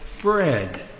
bread